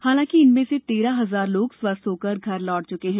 हालांकि इनमें से तेरह हजार लोग स्वस्थ होकर घर लौट चुके हैं